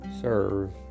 serve